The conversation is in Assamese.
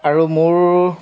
আৰু মোৰ